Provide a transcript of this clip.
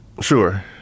Sure